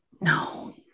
No